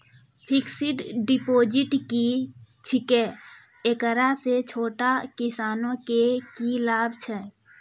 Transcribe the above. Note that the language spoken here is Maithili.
फिक्स्ड डिपॉजिट की छिकै, एकरा से छोटो किसानों के की लाभ छै?